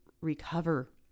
recover